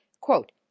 quote